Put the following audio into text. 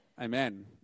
amen